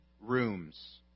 rooms